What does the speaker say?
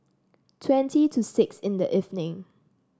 twenty to six in the evening